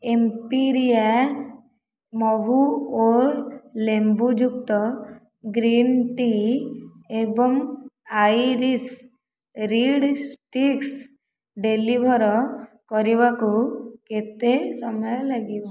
ଏମ୍ପିରିଆ ମହୁ ଓ ଲେମ୍ବୁ ଯୁକ୍ତ ଗ୍ରୀନ୍ ଟି ଏବଂ ଆଇରିଶ ରିଡ୍ ଷ୍ଟିକ୍ସ୍ ଡେଲିଭର୍ କରିବାକୁ କେତେ ସମୟ ଲାଗିବ